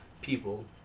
people